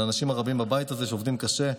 על האנשים הרבים בבית הזה שעובדים קשה,